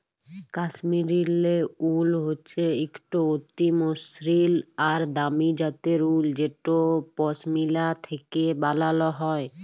কাশ্মীরলে উল হচ্যে একট অতি মসৃল আর দামি জ্যাতের উল যেট পশমিলা থ্যাকে ব্যালাল হয়